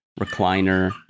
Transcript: recliner